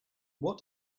what